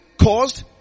caused